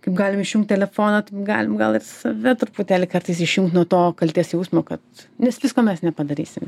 kaip galim išjungt telefoną taip galim gal ir save truputėlį kartais išjungt nuo to kaltės jausmo kad nes visko mes nepadarysim